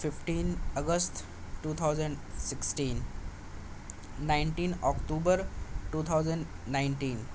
fifteen August two thousand sixteen nineteen October two thousand nineteen